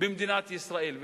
במדינת ישראל,